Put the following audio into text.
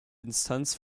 instanz